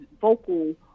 vocal